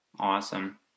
awesome